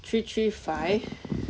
three three five